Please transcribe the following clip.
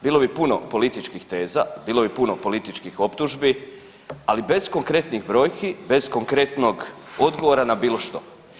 Bilo bi puno političkih teza, bilo bi puno političkih optužbi, ali bez konkretnih brojki, bez konkretnog odgovora na bilo što.